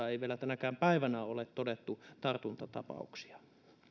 ei vielä tänäkään päivänä ole todettu tartuntatapauksia vielä